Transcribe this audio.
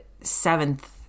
seventh